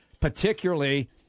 particularly